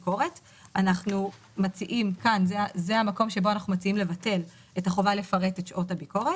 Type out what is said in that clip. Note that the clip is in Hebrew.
זה המקום שאנחנו מציעים לבטל את החובה לפרט את שעות הביקורת.